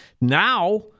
Now